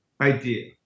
idea